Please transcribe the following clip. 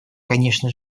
конечно